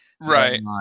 Right